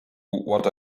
what